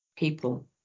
People